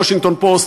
שר הביטחון,